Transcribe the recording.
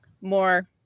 more